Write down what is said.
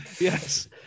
Yes